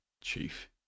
Chief